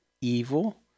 evil